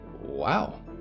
Wow